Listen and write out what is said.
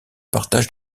partage